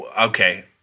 Okay